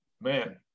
man